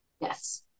Yes